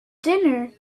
dinner